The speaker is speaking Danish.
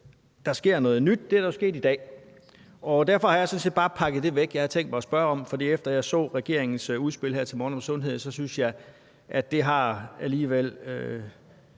der sker noget nyt. Det er der jo sket i dag. Og derfor har jeg sådan set bare pakket det væk, jeg havde tænkt mig at spørge om, for efter at jeg så regeringens udspil om sundhed her til morgen, synes jeg, at det alligevel